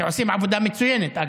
שעושים עבודה מצוינת,